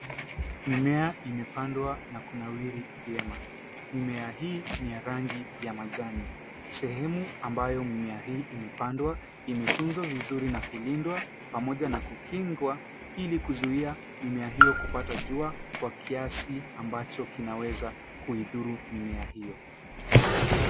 Mimea imepandwa na kunawiri vyema. Mimea hii ni ya rangi ya majani. Sehemu ambayo mimea hii imepandwa, imetunzwa vizuri na kulindwa pamoja na kukingwa ili kuzuia mimea hiyo kupata jua kwa kiasi ambacho kinaweza kuidhuru mimea hiyo.